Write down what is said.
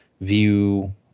view